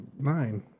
nine